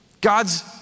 God's